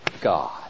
God